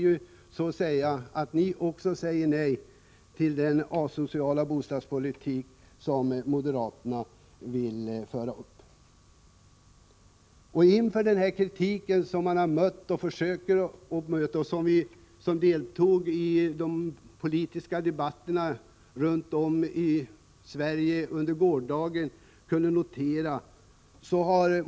Ni säger ju också nej till den asociala bostadspolitik som moderaterna vill föra. Inför den kritik som framförts har moderaterna backat, vilket alla som följde de politiska debatterna runt om i Sverige under gårdagen kunde notera.